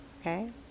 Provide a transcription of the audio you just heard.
okay